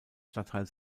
stadtteil